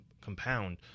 compound